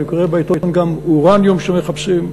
ואני קורא בעיתון שגם אורניום מחפשים.